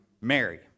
Mary